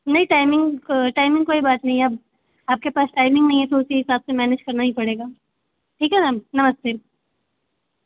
नहीं timing timing कोई बात नही है आपके पास टाइमिंग नहीं है तो उसी हिसाब से मैनेज करना ही पड़ेगा ठीक है मैम नमस्ते